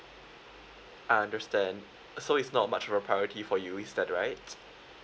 I understand so it's not much of a priority for you is that right